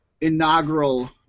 inaugural